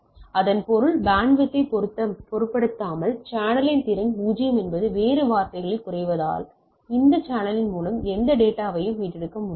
இதன் பொருள் பேண்ட்வித்யைப் பொருட்படுத்தாமல் சேனலின் திறன் 0 என்பது வேறு வார்த்தைகளில் கூறுவதானால் இந்த சேனலின் மூலம் எந்த டேட்டாவையும் மீட்டெடுக்க முடியாது